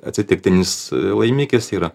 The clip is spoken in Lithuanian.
atsitiktinis laimikis yra